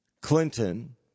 Clinton